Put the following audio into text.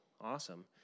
awesome